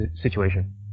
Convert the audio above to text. situation